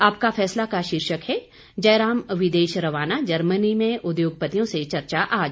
आपका फैसला का शीर्षक है जयराम विदेश रवाना जर्मनी में उद्योगपतियों से चर्चा आज